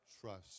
Trust